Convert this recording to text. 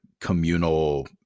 communal